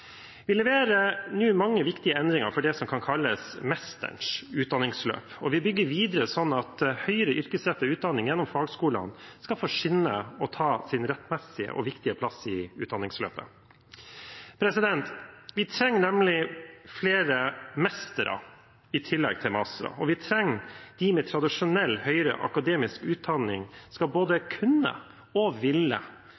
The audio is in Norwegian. Vi leverer nå mange viktige endringer for det som kan kalles mesterens utdanningsløp, og vi bygger videre sånn at høyere yrkesrettet utdanning gjennom fagskolene skal få skinne og ta sin rettmessige og viktige plass i utdanningsløpet. Vi trenger nemlig flere mestere i tillegg til mastere, og vi trenger at de med tradisjonell, høyere akademisk utdanning både skal